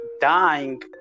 dying